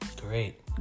Great